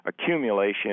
accumulation